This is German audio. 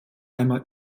einmal